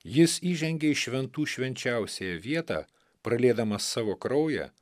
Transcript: jis įžengė į šventų švenčiausiąją vietą praliedamas savo kraują